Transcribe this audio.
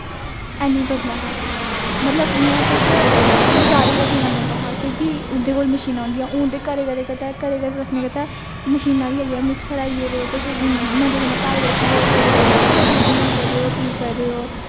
है नी बनदा हा मतलब इयां तुस बजारो पीना पौंदा हा क्योंकि उंदे कोल मशीना होदियां ही हून ते घरे घरे रक्खने गित्तै मशीना बी आई गेदी मिक्सर आई गेदे तुस मजे कन्नै घार बैठियै ओह करी सकदे ओ यूस बनाई सकदे हो पी सकदे ओ